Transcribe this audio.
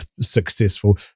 successful